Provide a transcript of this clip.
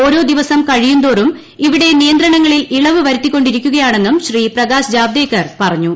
ഓരോ ദിവസം കഴിയുന്ത്രോറും ഇവിടെ നിയന്ത്രണങ്ങളിൽ ഇളവ് വരുത്തിക്കൊണ്ടിരിക്കുകയാണെന്നും ശ്രീ പ്രകാശ് ജാവ്ദേക്കർ പറഞ്ഞു